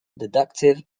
deductive